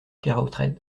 keraotred